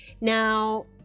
Now